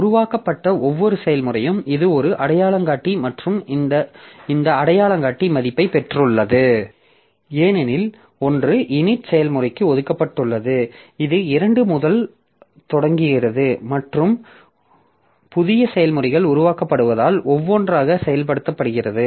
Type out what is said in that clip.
உருவாக்கப்பட்ட ஒவ்வொரு செயல்முறையும் இது ஒரு அடையாளங்காட்டி மற்றும் இந்த அடையாளங்காட்டி மதிப்பைப் பெற்றுள்ளது ஏனெனில் ஒன்று init செயல்முறைக்கு ஒதுக்கப்பட்டுள்ளது இது இரண்டு முதல் தொடங்குகிறது மற்றும் புதிய செயல்முறைகள் உருவாக்கப்படுவதால் ஒவ்வொன்றாக செயல்படுத்துகிறது